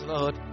Lord